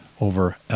over